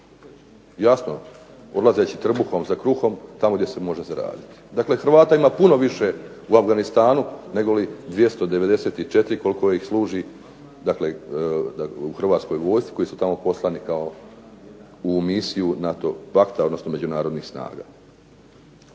Jasno, odlazeći trbuhom za kruhom tamo gdje se može zaraditi. Dakle, Hrvata ima puno više u Afganistanu nego 294 koliko ih služi dakle u Hrvatskoj vojsci koji su tamo poslani u misiju NATO Pakta odnosno međunarodnih snaga.